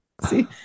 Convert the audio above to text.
see